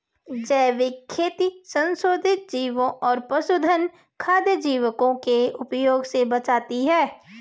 जैविक खेती संशोधित जीवों और पशुधन खाद्य योजकों के उपयोग से बचाती है